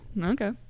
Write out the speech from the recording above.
okay